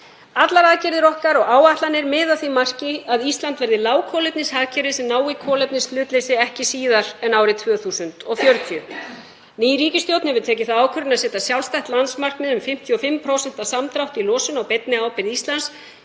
Allar aðgerðir okkar og áætlanir miða að því marki að Ísland verði lágkolefnishagkerfi sem nái kolefnishlutleysi ekki síðar en árið 2040. Ný ríkisstjórn hefur tekið þá ákvörðun að setja sjálfstætt landsmarkmið um 55% samdrátt í losun á beinni ábyrgð Íslands